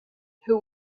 who